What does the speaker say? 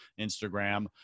Instagram